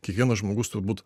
kiekvienas žmogus turbūt